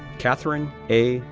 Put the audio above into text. katherine a.